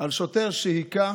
על שוטר שהכה